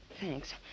Thanks